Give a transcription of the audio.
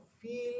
feel